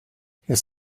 his